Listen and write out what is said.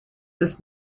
ist